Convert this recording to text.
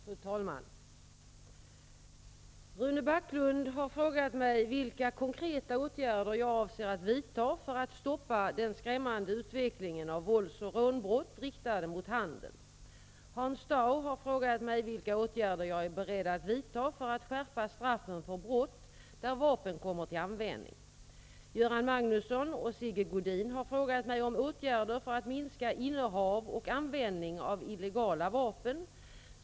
Fru talman! Rune Backlund har frågat mig vilka konkreta åtgärder jag avser att vidta för att stoppa den skrämmande utvecklingen av vålds och rånbrott riktade mot handeln. Hans Dau har frågat mig vilka åtgärder jag är beredd att vidta för att skärpa straffen för brott där vapen kommer till användning. Göran Magnusson och Sigge Godin har frågat mig om åtgärder för att minska innehav och användning av illegala vapen.